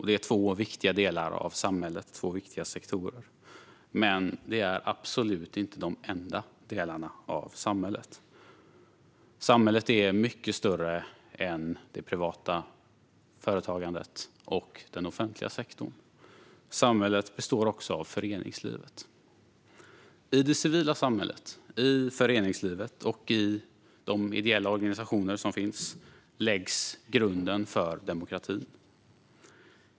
De är två viktiga sektorer i samhället, men de är absolut inte de enda delarna av samhället. Samhället är mycket större än det privata företagandet och den offentliga sektorn; samhället består också av föreningslivet. I det civila samhället, i föreningslivet och i de ideella organisationerna, läggs grunden för demokratin.